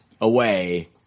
away